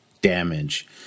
damage